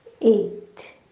eight